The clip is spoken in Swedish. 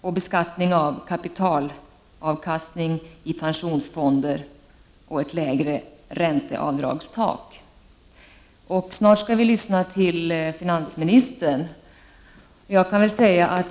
en beskattning av kapitalavkastning i pensionsfonder samt ett lägre ränteavdragstak. Snart skall vi lyssna till finansministern.